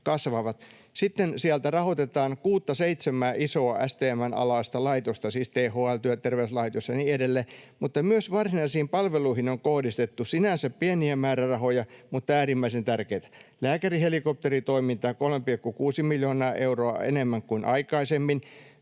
Sitten sieltä rahoitetaan kuutta seitsemää isoa STM:n alaista laitosta, siis THL:ää, Työterveyslaitosta ja niin edelleen, mutta myös varsinaisiin palveluihin on kohdistettu sinänsä pieniä määrärahoja, mutta äärimmäisen tärkeitä. Lääkärihelikopteritoimintaan 3,6 miljoonaa euroa enemmän kuin aikaisemmin,